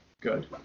Good